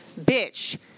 bitch